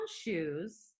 shoes